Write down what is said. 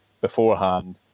beforehand